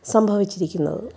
സംഭവിച്ചിരിക്കുന്നത്